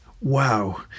wow